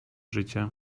życie